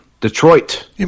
Detroit